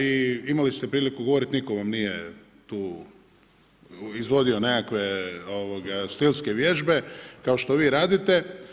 I imali ste priliku govoriti, nitko vam nije tu izvodio nekakve stilske vježbe, kao što vi radite.